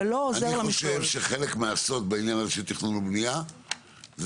אני חושב שחלק מהסוד בעניין הזה של תכנון ובנייה זה